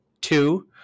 Two